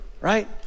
right